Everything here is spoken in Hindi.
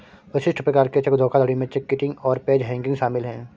विशिष्ट प्रकार के चेक धोखाधड़ी में चेक किटिंग और पेज हैंगिंग शामिल हैं